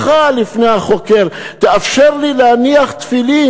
בכה לפני החוקר: תאפשר לי להניח תפילין,